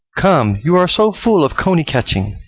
come, you are so full of cony-catching.